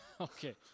Okay